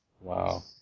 Wow